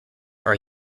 are